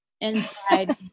inside